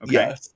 Yes